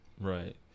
Right